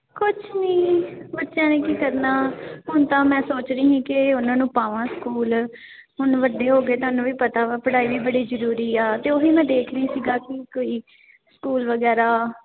ਕੁਛ ਨਹੀਂ ਬੱਚਿਆਂ ਨੇ ਕੀ ਕਰਨਾ ਹੁਣ ਤਾਂ ਮੈਂ ਸੋਚ ਰਹੀ ਸੀ ਕਿ ਉਹਨਾਂ ਨੂੰ ਪਾਵਾਂ ਸਕੂਲ ਹੁਣ ਵੱਡੇ ਹੋ ਗਏ ਤੁਹਾਨੂੰ ਵੀ ਪਤਾ ਵਾ ਪੜ੍ਹਾਈ ਵੀ ਬੜੀ ਜ਼ਰੂਰੀ ਆ ਅਤੇ ਉਹੀ ਮੈਂ ਦੇਖਦੀ ਸੀਗਾ ਕਿ ਕੋਈ ਸਕੂਲ ਵਗੈਰਾ